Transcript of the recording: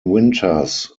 winters